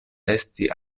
esti